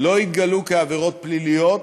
לא יתגלו כעבירות פליליות,